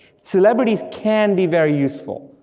celebrities can be very useful,